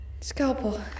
scalpel